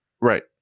Right